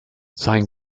sein